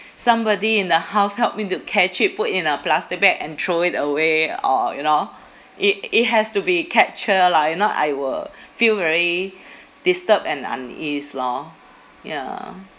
somebody in the house help me to catch it put in a plastic bag and throw it away or you know it it has to be capture lah if not I will feel very disturbed and unease lor ya